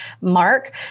mark